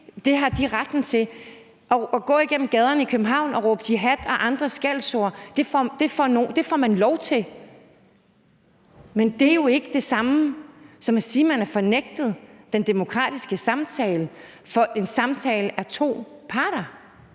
det har de retten til. At gå igennem gaderne i København og råbe jihad og andre skældsord får man lov til. Men det er jo ikke det samme som at sige, at man er nægtet den demokratiske samtale, for en samtale har to parter.